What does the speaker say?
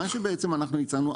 מה שהצענו,